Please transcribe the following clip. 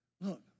look